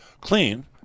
clean